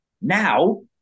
Now